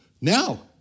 Now